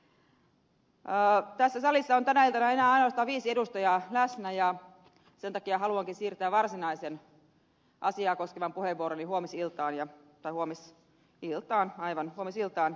tässä salissa on tänä iltana enää ainoastaan viisi edustajaa läsnä ja sen takia haluankin siirtää varsinaisen asiaa koskevan puheenvuoroni huomisiltaan